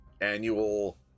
annual